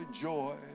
joy